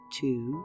two